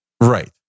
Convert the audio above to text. Right